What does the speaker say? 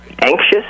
anxious